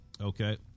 Okay